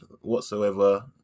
whatsoever